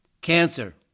cancer